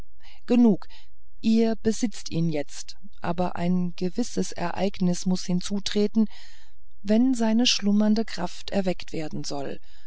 genug ihr besitzt ihn jetzt aber ein gewisses ereignis muß hinzutreten wenn seine schlummernde kraft erweckt werden soll